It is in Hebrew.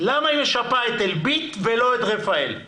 לא יודע.